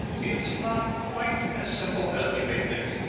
it's not quite as simple as we may think.